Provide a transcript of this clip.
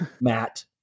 Matt